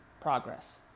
progress